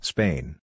Spain